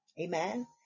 amen